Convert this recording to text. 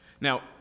Now